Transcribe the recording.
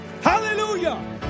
Hallelujah